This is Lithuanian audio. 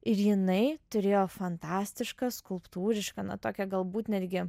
ir jinai turėjo fantastišką skulptūrišką na tokią galbūt netgi